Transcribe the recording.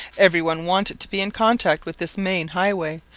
every one wanted to be in contact with this main highway,